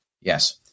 Yes